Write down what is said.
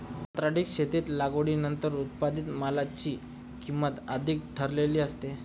कंत्राटी शेतीत लागवडीनंतर उत्पादित मालाची किंमत आधीच ठरलेली असते